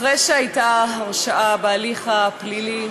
אחרי שהייתה הרשעה בהליך הפלילי,